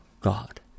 God